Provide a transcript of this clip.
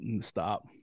Stop